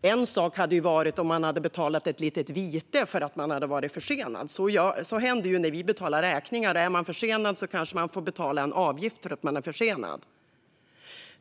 Det hade varit en sak om man hade betalat ett litet vite för förseningen. Så blir det ju när vi betalar räkningar. Om man är försenad får man kanske betala en förseningsavgift,